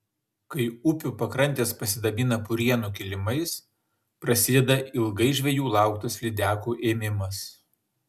kai upių pakrantės pasidabina purienų kilimais prasideda ilgai žvejų lauktas lydekų ėmimas